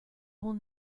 will